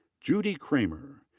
jody kramer.